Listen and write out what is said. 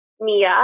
Mia